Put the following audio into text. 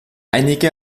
einige